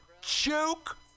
Joke